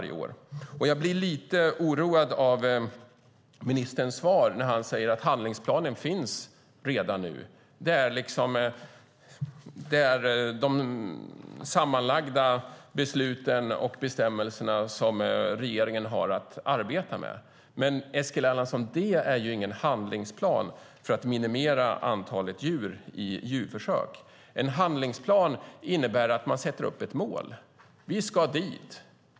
Jag blir lite oroad av ministerns svar när han säger att handlingsplanen redan finns i form av de sammanlagda besluten och bestämmelserna som regeringen har att arbeta med. Men, Eskil Erlandsson, det är ingen handlingsplan för att minimera antalet djur i djurförsök. En handlingsplan innebär att man sätter upp ett mål: Vi ska dit.